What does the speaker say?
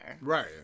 Right